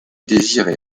désiré